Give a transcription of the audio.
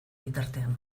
bitartean